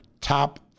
top